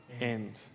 end